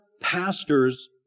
pastors